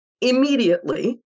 immediately